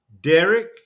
Derek